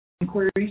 inquiries